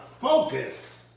focus